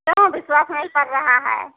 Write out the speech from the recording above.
क्यों विश्वास नहीं पर रहा है